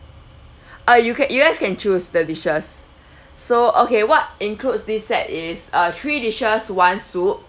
uh you can you guys can choose the dishes so okay what includes in this set is uh three dishes one soup